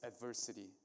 adversity